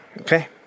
Okay